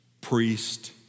priest